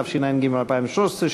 התשע"ג 2013,